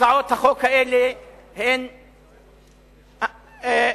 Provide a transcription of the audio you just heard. הצעות החוק האלה הן מזיקות,